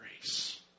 grace